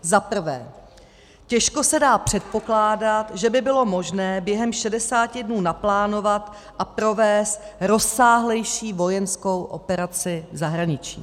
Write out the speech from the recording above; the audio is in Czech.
Zaprvé, těžko se dá předpokládat, že by bylo možné během 60 dnů naplánovat a provést rozsáhlejší vojenskou operaci v zahraničí.